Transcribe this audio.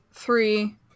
Three